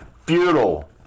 futile